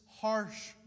harsh